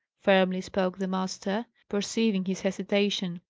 firmly spoke the master, perceiving his hesitation.